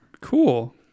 Cool